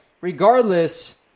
regardless